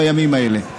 בימים האלה.